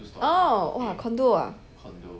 oh !wah! condo ah